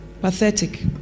Pathetic